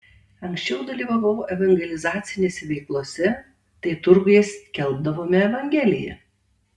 anksčiau dalyvavau evangelizacinėse veiklose tai turguje skelbdavome evangeliją